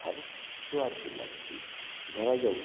ଆର୍ ସୁଆଦ୍ ବି ଲାଗ୍ସି ଧରା ଯାଉ